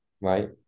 right